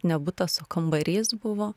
ne butas kambarys buvo